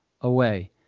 away